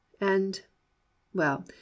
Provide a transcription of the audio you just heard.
and—well